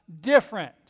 different